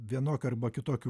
vienokiu arba kitokiu